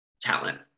talent